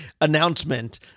announcement